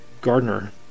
Gardner